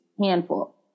handful